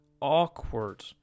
awkward